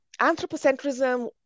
anthropocentrism